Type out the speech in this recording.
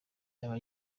yaba